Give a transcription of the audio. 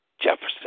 Jefferson